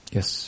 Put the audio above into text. Yes